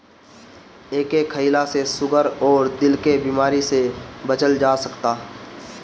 एके खईला से सुगर अउरी दिल के बेमारी से बचल जा सकता